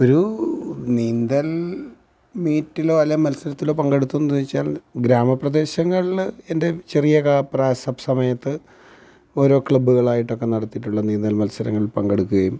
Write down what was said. ഒരു നീന്തൽ മീറ്റിലോ അല്ലെങ്കിൽ മത്സരത്തിലോ പങ്കെടുത്തിട്ടുണ്ടോയെന്ന് ചോദിച്ചാൽ ഗ്രാമപ്രദേശങ്ങളിൽ എൻ്റെ ചെറിയ സമയത്ത് ഓരോ ക്ലബ്ബുകളായിട്ടൊക്കെ നടത്തിയിട്ടുള്ള നീന്തൽ മത്സരങ്ങളിൽ പങ്കെടുക്കുകയും